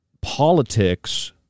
politics